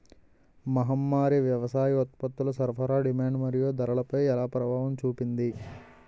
మహమ్మారి వ్యవసాయ ఉత్పత్తుల సరఫరా డిమాండ్ మరియు ధరలపై ఎలా ప్రభావం చూపింది?